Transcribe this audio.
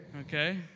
okay